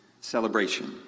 celebration